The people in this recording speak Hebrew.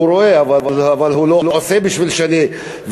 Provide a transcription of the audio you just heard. הוא רואה, אבל הוא לא עושה בשביל שאני,